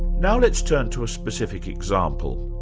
now let's turn to a specific example.